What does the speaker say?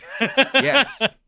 Yes